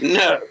no